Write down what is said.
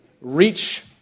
Reach